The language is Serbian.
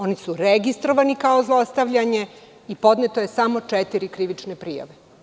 Oni su registrovani kao zlostavljanje, a podneto je samo četiri krivične prijave.